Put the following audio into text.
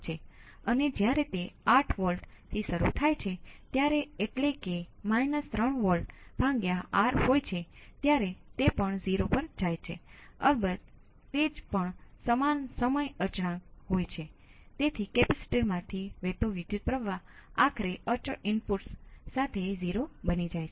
જે પણ મારી પાસે અહીં 0 પર હતું તે સ્ટેપનું ત્વરિત છે અને આ રીતે તમે આ પ્રકારનાં ઘણા સ્ટેપ ધરાવી શકો છો જેમ કે તમે પ્રથમ તમે કેટલાક સ્ટેપ લાગુ કરો અને તે કઈક મૂલ્ય શુધી પહોચે છે જે જરૂરી નથી કે તમે શોધેલ કઈક અંતિમ મૂલ્ય હોય તેનો ઉપયોગ એ માટે થાય છે તે આગળના બધાજ સ્ટેપ માટે પ્રારંભિક સ્થિતિ છે